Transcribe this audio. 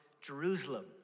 Jerusalem